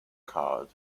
card